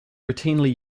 routinely